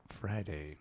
Friday